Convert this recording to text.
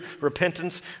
repentance